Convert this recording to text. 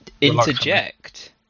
interject